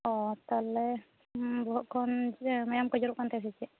ᱚ ᱛᱟᱦᱚᱞᱮ ᱵᱚᱦᱚᱜ ᱠᱷᱚᱱ ᱢᱟᱭᱟᱢ ᱠᱚ ᱡᱚᱨᱚᱜ ᱠᱟᱱ ᱛᱟᱭᱟ ᱥᱮ ᱪᱮᱫ